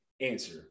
answer